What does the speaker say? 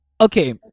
Okay